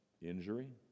injury